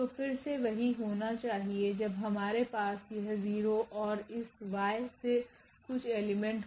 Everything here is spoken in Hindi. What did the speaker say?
तो फिर से वही होना चाहिए जब हमारे पास यह 0 और इसYसे कुछ एलिमेंट हो